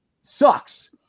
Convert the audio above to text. sucks